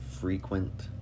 frequent